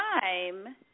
time